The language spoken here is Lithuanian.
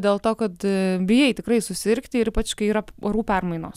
dėl to kad bijai tikrai susirgti ir ypač kai yra orų permainos